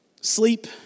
Sleep